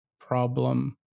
problem